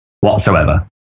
whatsoever